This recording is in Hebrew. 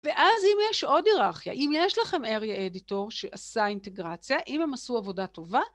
ואז אם יש עוד היררכיה, אם יש לכם Area Editor שעשה אינטגרציה, אם הם עשו עבודה טובה...